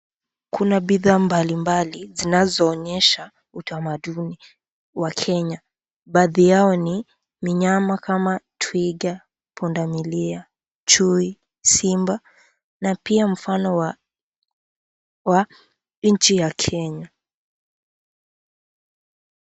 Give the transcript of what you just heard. Kuna bidhaa mbalimbali zinazoenyesha utamaduni wa Kenya. Baadhi yao ni minyama kama, twiga, pundamilia, chui, simba, na pia mfano wa nchi ya Kenya.